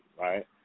right